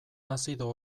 azido